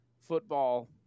football